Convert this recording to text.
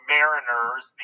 Mariners